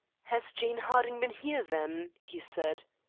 has jane harding been here, then? he said.